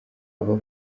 aba